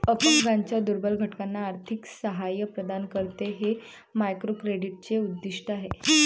अपंगांच्या दुर्बल घटकांना आर्थिक सहाय्य प्रदान करणे हे मायक्रोक्रेडिटचे उद्दिष्ट आहे